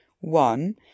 One